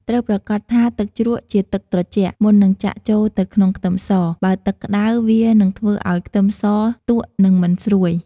ត្រូវប្រាកដថាទឹកជ្រក់ជាទឹកត្រជាក់ មុននឹងចាក់ចូលទៅក្នុងខ្ទឹមស បើទឹកក្តៅ វានឹងធ្វើឱ្យខ្ទឹមសទក់ និងមិនស្រួយ។